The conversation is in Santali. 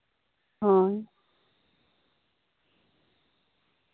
ᱦᱳᱭ